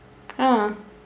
ah